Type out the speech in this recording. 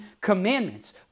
commandments